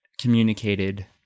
communicated